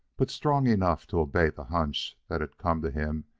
but strong enough to obey the hunch that had come to him,